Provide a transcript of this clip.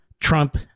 Trump